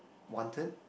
wanted